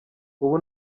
ubu